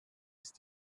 ist